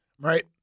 right